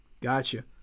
gotcha